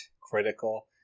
critical